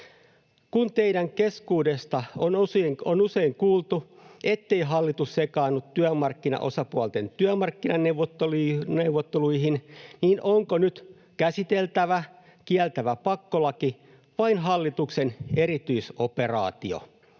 kun teidän keskuudestanne on usein kuultu, ettei hallitus sekaannu työmarkkinaosapuolten työmarkkinaneuvotteluihin, niin onko nyt käsiteltävä esitys kieltävä pakkolaki vai hallituksen erityisoperaatio?